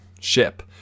ship